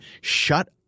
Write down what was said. Shut